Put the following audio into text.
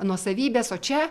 nuosavybės o čia